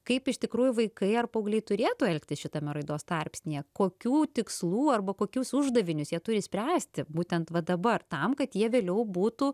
kaip iš tikrųjų vaikai ar paaugliai turėtų elgtis šitame raidos tarpsnyje kokių tikslų arba kokius uždavinius jie turi spręsti būtent va dabar tam kad jie vėliau būtų